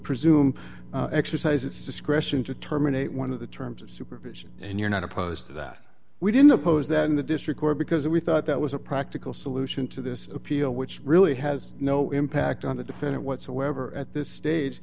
presume exercise its discretion to terminate one of the terms of supervision and you're not opposed to that we didn't oppose that in the district court because we thought that was a practical solution to this appeal which really has no impact on the defendant whatsoever at this stage